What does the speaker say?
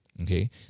okay